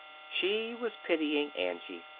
she was pitying angie.